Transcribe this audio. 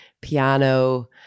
piano